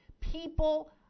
People